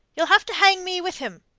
ye'll have to hang me with him,